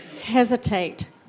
hesitate